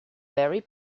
very